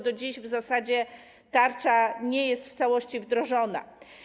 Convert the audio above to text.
Do dziś w zasadzie tarcza nie jest w całości wdrożona.